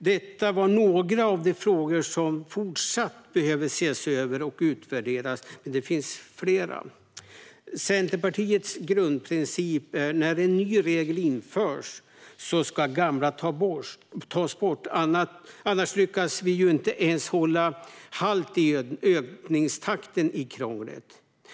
Detta var några av de frågor som fortsatt behöver ses över och utvärderas, men det finns fler. Centerpartiets grundprincip är att när nya regler införs ska gamla tas bort. Annars lyckas vi inte ens hålla halt i ökningstakten i krånglet.